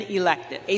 elected